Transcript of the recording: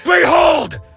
Behold